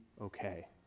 okay